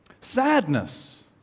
Sadness